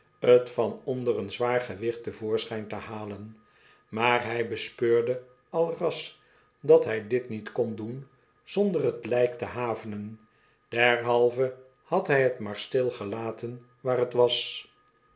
t van onder een zwaar gewicht te voorschijn te halen maar hij bespeurde al ras dat hij dit niet kon doen zonder t lijk te havenen derhalve had hij t maar stil gelaten waar t was